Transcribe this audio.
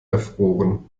erfroren